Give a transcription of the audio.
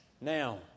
Now